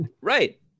Right